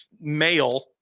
male